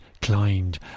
climbed